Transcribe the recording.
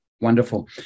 Wonderful